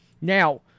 Now